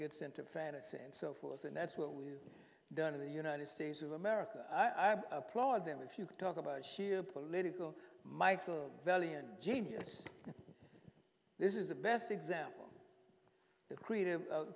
gets into fantasy and so forth and that's what we're done in the united states of america i applaud them if you talk about sheer political michael valiant genius this is the best example of the creative